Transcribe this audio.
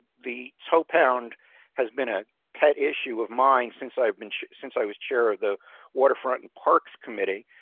the toe pound has been a pet issue of mine, since i've been since i was chair of the waterfront and parks committee.